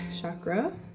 chakra